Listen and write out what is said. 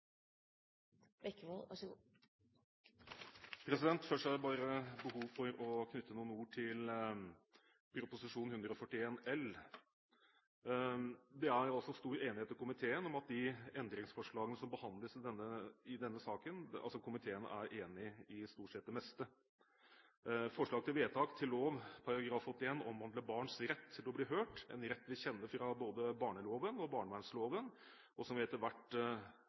Først har jeg bare behov for å knytte noen ord til Prop. 141 L. Det er altså stor enighet – om stort sett det meste – i komiteen om de endringsforslagene som er behandlet i denne saken. Forslag til vedtak til lov § 81 omhandler barns rett til å bli hørt, en rett vi kjenner både fra barneloven og barnevernloven, og som vi i hvert